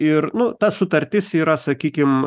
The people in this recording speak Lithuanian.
ir nu ta sutartis yra sakykim